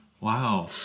Wow